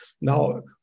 Now